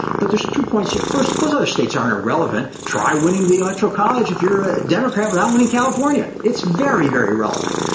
but there's two points here. first, those other states aren't irrelevant. try winning the electoral college if you're a democrat without winning california. it's very, very relevant.